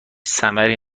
ثمری